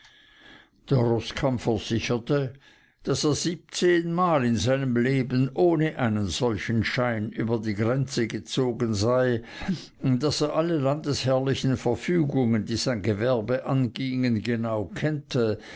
der roßkamm versicherte daß er siebzehn mal in seinem leben ohne einen solchen schein über die grenze gezogen sei daß er alle landesherrlichen verfügungen die sein gewerbe angingen genau kennte